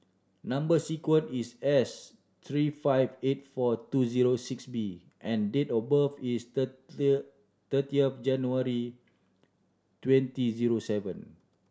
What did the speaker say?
number sequence is S three five eight four two zero six B and date of birth is thirty thirty of January twenty zero seven